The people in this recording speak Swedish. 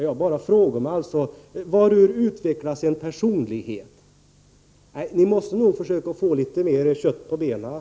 Jag bara frågar: Varur utvecklas en personlighet? Nej, Per Unckel, ni måste nog försöka att få litet mera kött på benen.